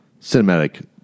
cinematic